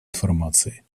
информации